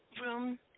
room